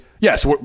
yes